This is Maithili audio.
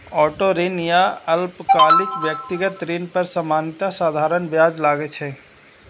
ऑटो ऋण या अल्पकालिक व्यक्तिगत ऋण पर सामान्यतः साधारण ब्याज लागै छै